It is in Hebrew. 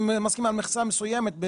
אם מסכים על מכסה מסוימת.